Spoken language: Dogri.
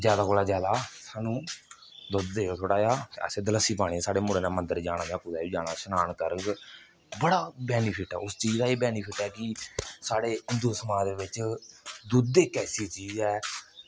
ज्यादा कोला ज्यादा सानूं दुद्ध देओ थोह्ड़ा जेहा असें दलस्सी पानी ऐ साढ़े मुड़े ने मंदर जाना कुतै बी जाना श्नान करग बड़ा बैनीफिट ऐ उस चीज दा एह् बैनीफिट ऐ कि साढ़े हिन्दू समाज दे बिच्च दुद्ध इक ऐसी चीज ऐ